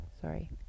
Sorry